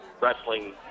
wrestling